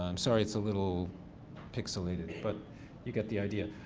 um sorry it's a little pixelated, but you get the idea.